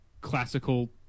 classical